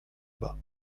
bas